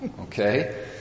Okay